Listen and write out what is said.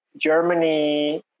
Germany